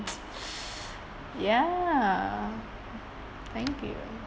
ya thank you